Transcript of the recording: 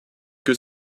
que